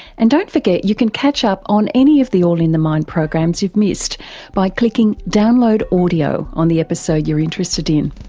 and don't forget you can catch up on any of the all in the mind programs you've missed by clicking download audio on the episode you're interested in.